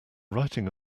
writing